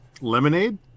lemonade